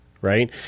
right